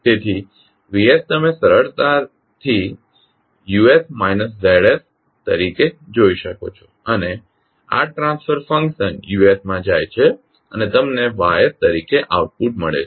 તેથી V તમે સરળ રીતે Us Z તરીકે જોઈ શકો છો અને આ ટ્રાન્સફર ફંક્શન U માં જાય છે અને તમને Y તરીકે આઉટપુટ મળે છે